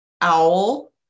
owl